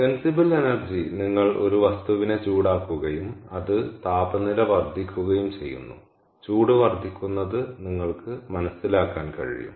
sensible energy നിങ്ങൾ ഒരു വസ്തുവിനെ ചൂടാക്കുകയും അത് താപനില വർദ്ധിക്കുകയും ചെയ്യുന്നു ചൂട് വർദ്ധിക്കുന്നത് നിങ്ങൾക്ക് മനസ്സിലാക്കാൻ കഴിയും